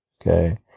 Okay